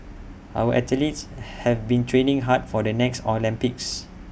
our athletes have been training hard for the next Olympics